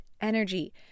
energy